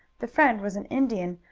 the friend was an indian,